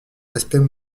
aspect